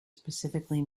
specifically